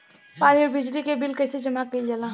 पानी और बिजली के बिल कइसे जमा कइल जाला?